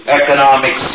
economic